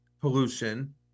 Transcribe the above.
pollution